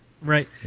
Right